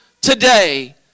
today